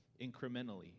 incrementally